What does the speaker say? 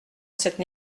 cette